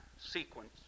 sequence